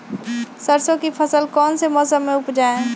सरसों की फसल कौन से मौसम में उपजाए?